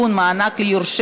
47 חברי